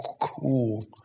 cool